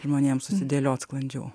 žmonėm susidėliot sklandžiau